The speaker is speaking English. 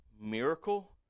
miracle